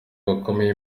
bakomeye